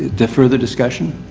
to further discussion,